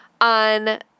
on